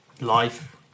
Life